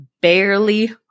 barely